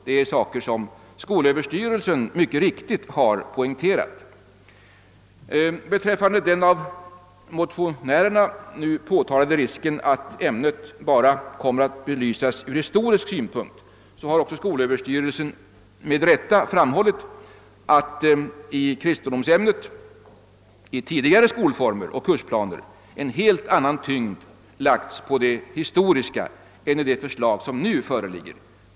Det är saker som skolöverstyrelsen mycket riktigt har poängterat. Beträffande den av motionärerna påtalade risken att ämnet bara kommer att belysas ur historisk synpunkt har också <skolöverstyrelsen med rätta framhållit att i tidigare skolformer och kursplaner har i kristendomsämnet en helt annan tyngdpunkt lagts på det historiska än enligt det förslag som nu föreligger.